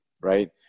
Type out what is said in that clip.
Right